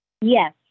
Yes